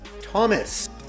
Thomas